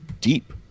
deep